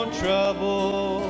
trouble